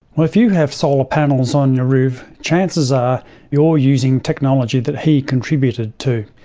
but if you have solar panels on your roof, chances are you are using technology that he contributed to.